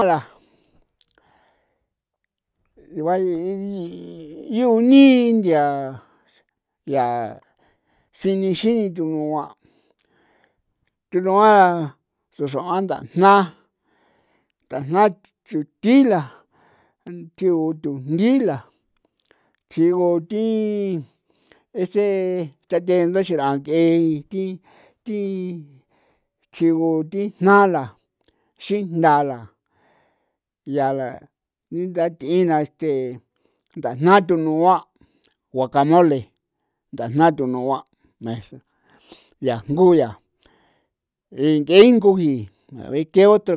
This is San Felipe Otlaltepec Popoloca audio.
A la yuu ni nthia ya sini xini thunua' thunua xru xron ndajna ndajna chuthi la thiu thujnthi la thjigu thi ese tha the nda x'era nk'e thi thi chjigu thi jnala xijntha la ya la nda th'ina este ndajna thunua' guacamole ndajna thunua' mesa yaa njgu yaa nk'e inguji a ver qué o.